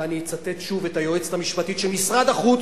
ואני אצטט שוב את היועצת המשפטית של משרד החוץ,